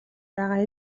байгаа